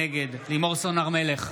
נגד לימור סון הר מלך,